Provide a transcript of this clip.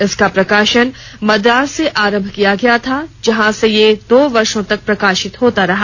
इसका प्रकाशन मद्रास से आरंभ किया गया था जहां से यह दो वर्षों तक प्रकाशित होता रहा